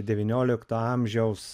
devyniolikto amžiaus